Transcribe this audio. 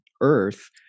earth